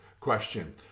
question